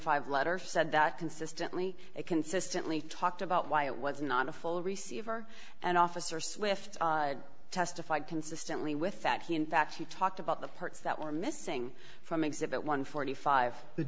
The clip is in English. five letter said that consistently it consistently talked about why it was not a full receiver and officer swift testified consistently with that he in fact he talked about the parts that were missing from exhibit one hundred and forty five the